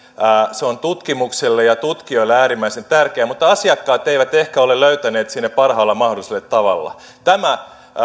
se on tutkimukselle ja tutkijoille äärimmäisen tärkeä mutta asiakkaat eivät ehkä ole löytäneet sinne parhaalla mahdollisella tavalla tämä